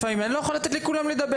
לפעמים אני לא יכול לתת לכולם לדבר,